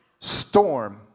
storm